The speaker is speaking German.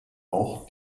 auch